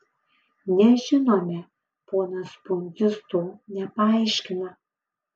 nežinome ponas pundzius to nepaaiškina